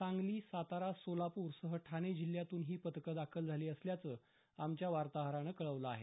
सांगली सातारा सोलापूर सह ठाणे जिल्ह्यातून ही पथकं दाखल झाली असल्याचं आमच्या वार्ताहरानं कळवलं आहे